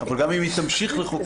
אבל גם אם היא תמשיך לחוקק,